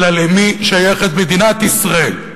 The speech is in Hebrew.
אלא למי שייכת מדינת ישראל.